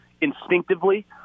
instinctively